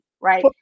Right